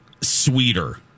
sweeter